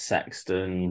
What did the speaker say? Sexton